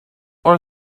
our